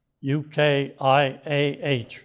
UKIAH